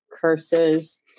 curses